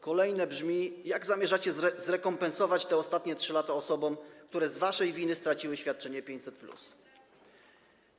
Kolejne pytanie brzmi: Jak zamierzacie zrekompensować te ostatnie 3 lata osobom, które z waszej winy straciły świadczenie 500+?